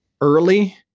early